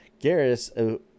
Garrus